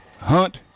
Hunt